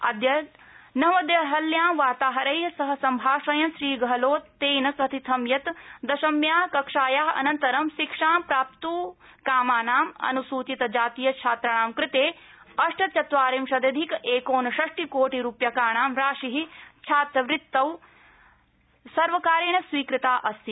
अद्य नवदेहल्यां वार्ताहैर सह संभाषयन् श्रीगहलोतेन कथितं यत् दशम्या कक्षाया अनन्तरं शिक्षां प्राप्तकामानां अनुसूचित जातीयछात्राणा कृते अष्टचत्वारिशदधिक एकोन षष्टिकोटीरूप्यकाणां राशि छात्रवृत्यै सर्वकोरण स्वीकृता अस्ति